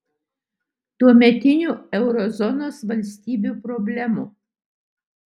tuometinių euro zonos valstybių problemų